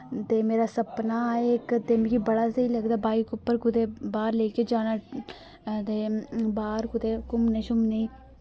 ते मेरा सपना एह् इक ते मिकी बड़ा स्हेई लगदा बाइक उप्पर कुतै बाह्र लेइयै हां ते बाह्र कुतै घुम्मने शुमने